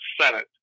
Senate